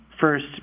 first